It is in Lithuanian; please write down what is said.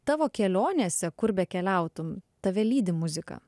tavo kelionėse kur bekeliautum tave lydi muzika